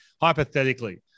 hypothetically